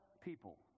people